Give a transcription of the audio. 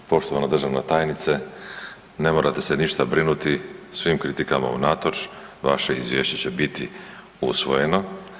Poštovana državna tajnice, ne morate se ništa brinuti, svim kritikama unatoč vaše izvješće će biti usvojeno.